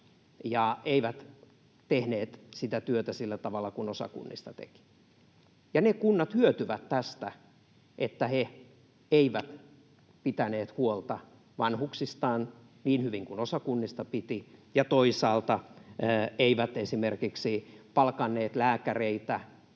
eivätkä tehneet sitä työtä sillä tavalla kuin osa kunnista teki. Ja ne kunnat hyötyvät tästä, että eivät pitäneet huolta vanhuksistaan niin hyvin kuin osa kunnista piti ja eivät esimerkiksi palkanneet lääkäreitä